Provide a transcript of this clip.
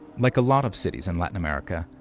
like a lot of cities in latin america,